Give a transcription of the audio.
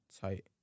tight